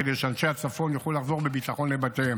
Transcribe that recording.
כדי שאנשי הצפון יוכלו לחזור בביטחון לבתיהם.